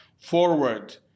forward